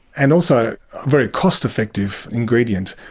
and also a very cost effective ingredient,